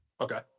Okay